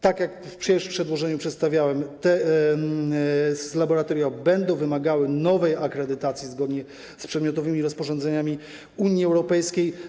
Tak jak przecież w przedłożeniu przedstawiałem, te laboratoria będą wymagały nowej akredytacji, zgodnie z przedmiotowymi rozporządzeniami Unii Europejskiej.